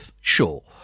Sure